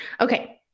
Okay